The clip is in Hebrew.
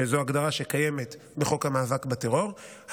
שזו הגדרה שקיימת בחוק המאבק בטרור,